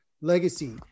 legacy